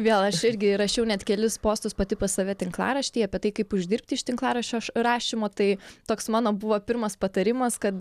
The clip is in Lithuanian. vėl aš irgi rašiau net kelis postus pati pas save tinklarašty apie tai kaip uždirbti iš tinklaraščio rašymo tai toks mano buvo pirmas patarimas kad